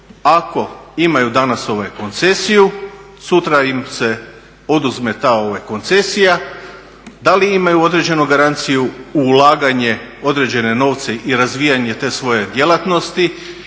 ako imaju danas koncesiju, sutra im se oduzme ta koncesija. Da li imaju određenu garanciju u ulaganje određene novce i razvijanje te svoje djelatnosti